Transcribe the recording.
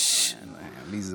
למה,